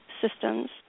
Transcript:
systems